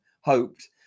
hoped